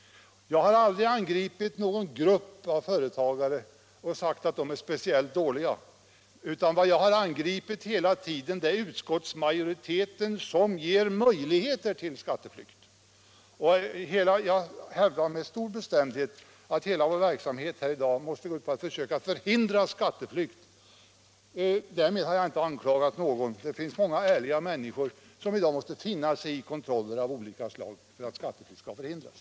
Jag har aldrig angripit någon grupp av företagare och sagt att de är speciellt dåliga, utan vad jag har angripit är utskottsmajoriteten, som ger möjligheter till skatteflykt. Jag hävdar med stor bestämdhet att hela vår verksamhet måste gå ut på att försöka förhindra skatteflykt. Därmed har jag inte anklagat någon. Det finns många ärliga människor som i dag måste finna sig i kontroller av olika slag för att skattefusk skall kunna förhindras.